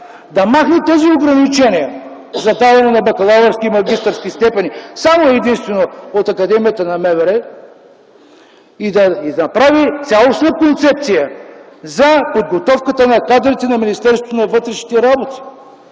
да махне ограниченията за даване на бакалавърски и магистърски степени само и единствено от академията на МВР и да направи цялостна концепция за подготовката на кадрите на Министерството на вътрешните работи.